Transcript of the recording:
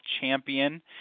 champion